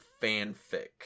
fanfic